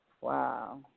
Wow